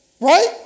Right